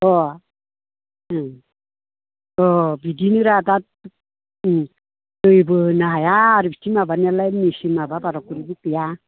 अ अ बिदिनो रादा दैबो नाया आरो बिथिं माबानियालाय मेशिन माबा बाराफोरबो गैया